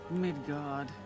Midgard